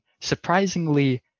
surprisingly